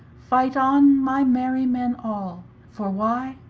fight on, my merry men all for why,